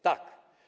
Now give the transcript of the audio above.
Tak.